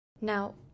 Now